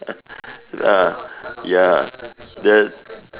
ah ya the